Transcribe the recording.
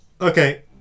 Okay